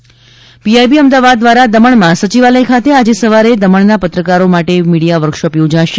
દ મણ workshop PIB Ahmedabad દ્વારા દમણમાં સચિવાલય ખાતે આજે સવારે દમણના પત્રકારો માટે મીડીયા વર્કશોપ યોજાશે